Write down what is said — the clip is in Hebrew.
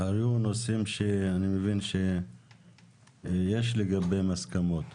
היו נושאים שאני מבין שיש לגביהם הסכמות,